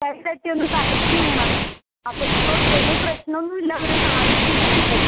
കൈ തട്ടിയൊന്ന് തലയിലേയ്ക്ക് വീണതാണ് അപ്പം ഇപ്പോൾ വലിയ പ്രശ്നമൊന്നുമില്ല ഒരു നാല് സ്റ്റിച്ച് ഉണ്ട്